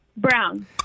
Brown